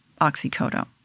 oxycodone